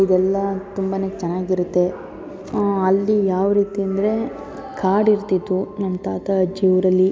ಇದೆಲ್ಲ ತುಂಬ ಚೆನ್ನಾಗಿರುತ್ತೆ ಅಲ್ಲಿ ಯಾವ ರೀತಿ ಅಂದರೆ ಕಾಡು ಇರ್ತಿತ್ತು ನಮ್ಮ ತಾತ ಅಜ್ಜಿ ಊರಲ್ಲಿ